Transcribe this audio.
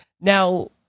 Now